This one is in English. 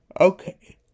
Okay